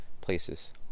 places